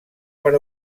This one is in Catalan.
per